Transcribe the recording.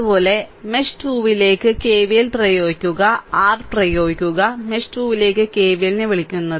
അതുപോലെ മെഷ് 2 ലേക്ക് കെവിഎൽ പ്രയോഗിക്കുക r പ്രയോഗിക്കുക മെഷ് 2 ലേക്ക് കെവിഎലിനെ വിളിക്കുന്നത്